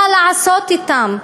מה לעשות אתם,